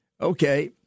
Okay